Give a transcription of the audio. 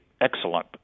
excellent